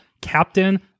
captain